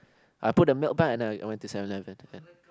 I put the milk back and I went to Seven Eleven to get